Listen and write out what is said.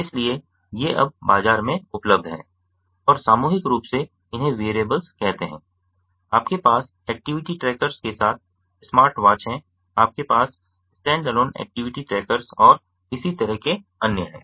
इसलिए ये अब बाजार में उपलब्ध हैं और सामूहिक रूप से इन्हें वियरेबल्स कहतें हैं आपके पास एक्टिविटी ट्रैकर्स के साथ स्मार्ट वॉच हैं आपके पास स्टैंडअलोन एक्टिविटी ट्रैकर्स और इसी तरह के अन्य हैं